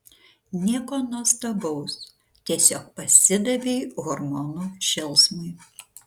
nieko nuostabaus tiesiog pasidavei hormonų šėlsmui